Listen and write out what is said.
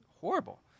horrible